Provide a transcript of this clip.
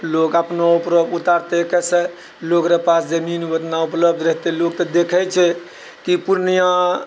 लोक अपनो उपरो उतारतै कैसे लोकरे पास जमीन ओतना उपलब्ध रहतै लोक तऽ देखै छै कि पूर्णियाँ